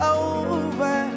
over